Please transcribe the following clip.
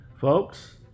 Folks